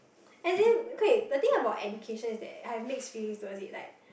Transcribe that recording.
as in okay the thing about education is that I have mixed feelings towards it like